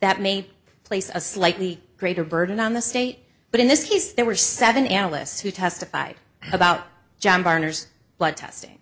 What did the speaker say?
that may place a slightly greater burden on the state but in this case there were seven analysts who testified about john barnard's blood testing